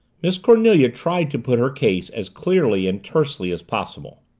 miss cornelia tried to put her case as clearly and tersely as possible.